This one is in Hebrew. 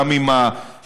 גם עם השב"כ.